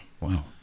wow